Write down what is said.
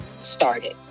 started